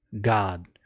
God